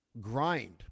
grind